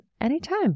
anytime